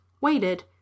waited